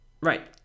right